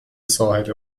ساحل